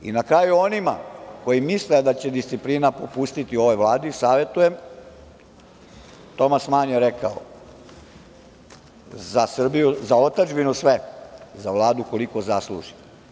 I na kraju, onima koji misle da će disciplina popustiti ovoj Vladi, savetujem, Tomas Man je rekao - za otadžbinu sve, za Vladu koliko zasluži.